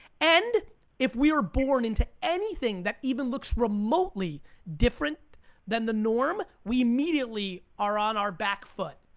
and if we are born into anything that even looks remotely different than the norm, we immediately are on our back foot,